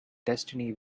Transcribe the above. destiny